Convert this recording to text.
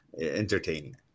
entertaining